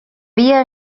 via